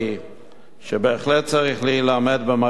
שבהחלט צריך להילמד במערכת החינוך.